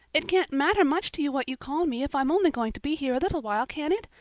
it can't matter much to you what you call me if i'm only going to be here a little while, can it?